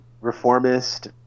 reformist